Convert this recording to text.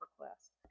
request